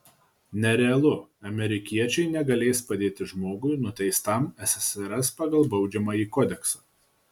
nerealu amerikiečiai negalės padėti žmogui nuteistam ssrs pagal baudžiamąjį kodeksą